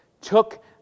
took